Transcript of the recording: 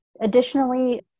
Additionally